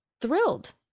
thrilled